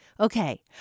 Okay